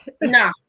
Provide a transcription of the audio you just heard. No